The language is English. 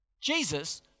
Jesus